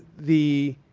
the